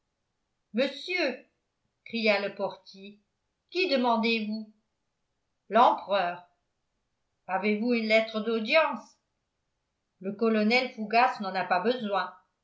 monsieur cria le portier qui demandez-vous l'empereur avez-vous une lettre d'audience le colonel fougas n'en a pas besoin